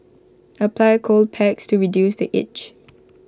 apply cold packs to reduce the itch